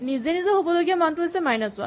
নিজে নিজে হ'বলগীয়া মানটো হৈছে মাইনাচ ৱান